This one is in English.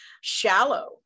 shallow